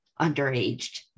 underaged